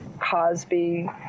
Cosby